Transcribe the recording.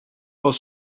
while